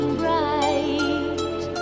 bright